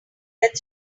that